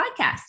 podcast